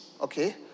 Okay